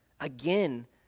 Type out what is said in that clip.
again